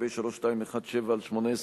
פ/3217/18,